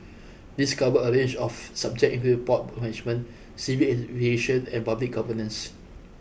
these cover a range of subject including port management civil aviation and public governance